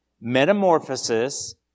Metamorphosis